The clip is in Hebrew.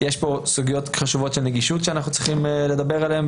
יש פה סוגיות חשובות של נגישות שאנחנו צריכים לדבר עליהן,